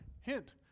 hint